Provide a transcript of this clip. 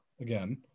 again